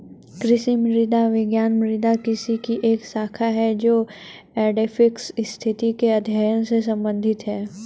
कृषि मृदा विज्ञान मृदा विज्ञान की एक शाखा है जो एडैफिक स्थिति के अध्ययन से संबंधित है